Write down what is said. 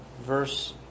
verse